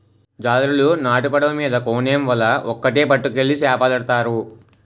జాలరులు నాటు పడవ మీద కోనేమ్ వల ఒక్కేటి పట్టుకెళ్లి సేపపడతారు